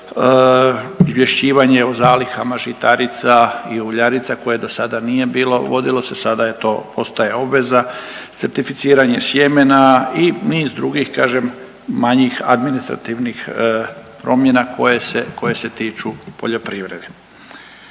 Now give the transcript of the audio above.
izvješćivanje o zalihama žitarica i uljarica koje do sada nije bilo, uvodilo se, sada je to, postaje obveza, certificiranje sjemena i niz drugih kažem, manjih administrativnih promjena koje se tiču poljoprivrede.